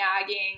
nagging